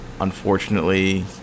unfortunately